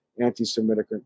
anti-semitic